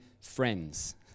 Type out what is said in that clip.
friends